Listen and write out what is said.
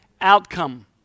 outcome